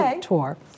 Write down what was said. tour